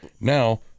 now